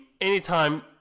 anytime